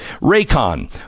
Raycon